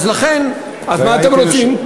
אז לכן, אז מה אתם רוצים?